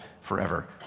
forever